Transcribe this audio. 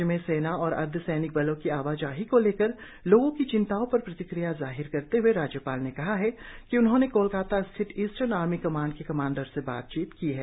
राज्य में सेना और अर्धसैनिक बलों की आवाजाही को लेकर लोगों की चिताओं पर प्रतिक्रिया जाहिर करते हए राज्यपाल ने कहा है कि उन्होंने कोलकाता स्थित ईस्ट्रन आर्मी कमांड के कमांडर से बात की है